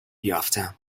یافتم